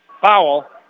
foul